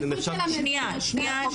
שנייה,